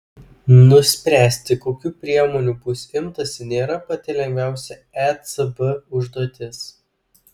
nuspręsti kokių priemonių bus imtasi nėra pati lengviausia ecb užduotis